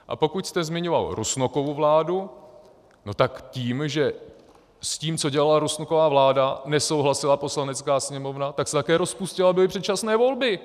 A pokud jste zmiňoval Rusnokovu vládu, tak s tím, co dělala Rusnokova vláda, nesouhlasila Poslanecká sněmovna, tak se také rozpustila a byly předčasné volby.